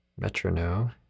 metronome